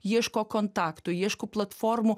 ieško kontaktų ieško platformų